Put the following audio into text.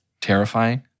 terrifying